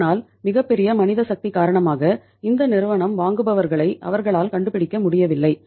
ஆனால் மிகப்பெரிய மனித சக்தி காரணமாக இந்த நிறுவனம் வாங்குபவர்களை அவர்களால் கண்டுபிடிக்க முடியவில்லை